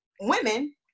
women